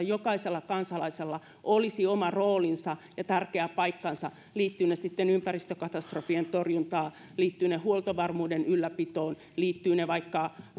jokaisella kansalaisella olisi oma roolinsa ja tärkeä paikkansa liittyvät ne sitten ympäristökatastrofien torjuntaan liittyvät ne huoltovarmuuden ylläpitoon liittyvät ne vaikka